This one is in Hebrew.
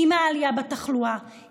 עם העלייה בתחלואה,